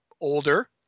older